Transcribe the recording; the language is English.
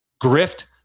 grift